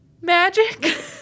magic